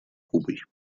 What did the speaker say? кубой